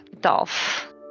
Dolph